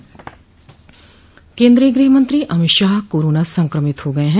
केन्द्रीय गृहमंत्री अमित शाह कोरोना संक्रमित हो गये है